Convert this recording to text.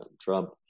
Trump